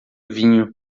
vinho